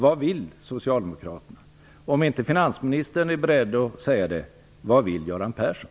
Vad vill Socialdemokraterna? Om inte finansministern är beredd att säga det, vad vill då Göran Persson?